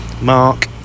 Mark